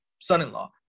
son-in-law